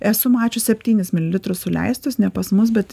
esu mačius septynis mililitrus suleistus ne pas mus bet